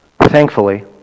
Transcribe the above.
Thankfully